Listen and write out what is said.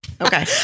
Okay